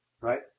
Right